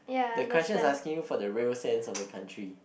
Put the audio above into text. the question is asking you for the real sense of the country